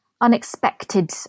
unexpected